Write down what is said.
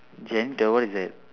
janitor what is that